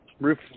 roof